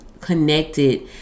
connected